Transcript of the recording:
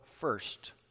first